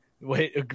Wait